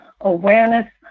awareness